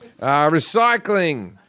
Recycling